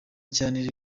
cyane